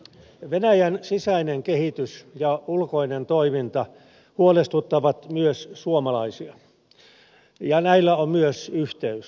venäjän sisäinen kehitys ja ulkoinen toiminta huolestuttavat myös suomalaisia ja näillä on myös yhteys